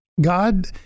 God